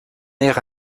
air